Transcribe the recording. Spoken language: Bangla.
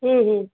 হুম হুম